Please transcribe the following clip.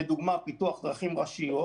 לדוגמה, פיתוח דרכים ראשיות.